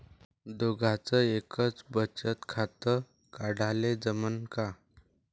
दोघाच एकच बचत खातं काढाले जमनं का?